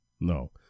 no